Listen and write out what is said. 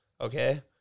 Okay